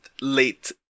late